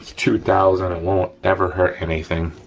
two thousand, it won't ever hurt anything.